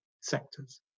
sectors